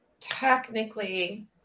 technically